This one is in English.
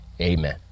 amen